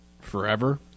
forever